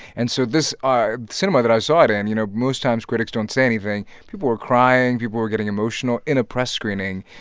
and so this cinema that i saw it in you know, most times critics don't say anything people were crying. people were getting emotional in a press screening,